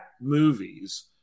movies